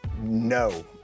No